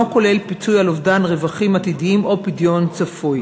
כולל פיצוי על אובדן רווחים עתידיים או פדיון צפוי.